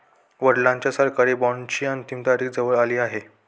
वडिलांच्या सरकारी बॉण्डची अंतिम तारीख जवळ आली आहे